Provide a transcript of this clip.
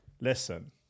listen